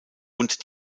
und